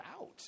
out